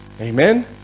Amen